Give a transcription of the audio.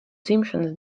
dzimšanas